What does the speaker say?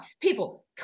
people